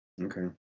Okay